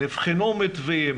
נבחנו מתווים?